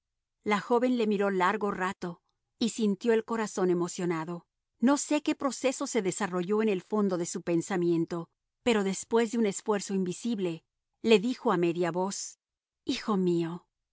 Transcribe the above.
la joven le miró largo rato y sintió el corazón emocionado no sé qué proceso se desarrolló en el fondo de su pensamiento pero después de un esfuerzo invisible le dijo a media voz hijo mío